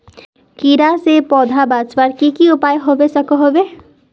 कीड़ा से पौधा बचवार की की उपाय होबे सकोहो होबे?